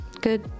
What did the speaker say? Good